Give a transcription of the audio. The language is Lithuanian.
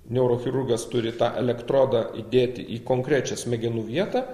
neurochirurgas turi tą elektrodą įdėti į konkrečią smegenų vietą